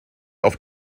auf